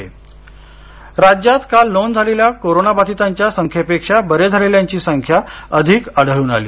Maharashtra corona राज्यात काल नोंद झालेल्या कोरोना बाधितांच्या संख्येपेक्षा बरे झालेल्यांची संख्या अधिक आढळून आली